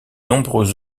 nombreux